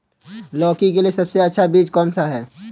लौकी के लिए सबसे अच्छा बीज कौन सा है?